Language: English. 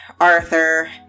arthur